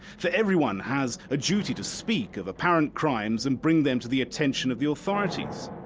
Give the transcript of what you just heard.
for everyone has a duty to speak of apparent crimes and bring them to the attention of the authorities.